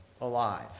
alive